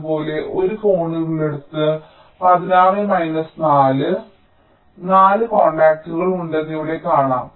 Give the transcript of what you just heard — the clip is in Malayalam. അതുപോലെ ഒരു കോണുള്ളിടത്ത് 16 4 4 കോൺടാക്റ്റുകൾ ഉണ്ടെന്ന് ഇവിടെ കാണാം